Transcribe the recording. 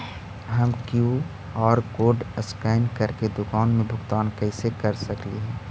हम QR code scan करके दुकान में भुगतान कैसे कर सकली हे?